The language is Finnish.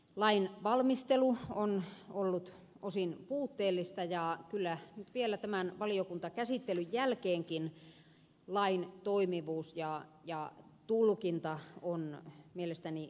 lain valmistelu on ollut osin puutteellista ja kyllä nyt vielä tämän valiokuntakäsittelyn jälkeenkin lain toimivuus ja tulkinta ovat mielestäni kyseenalaisia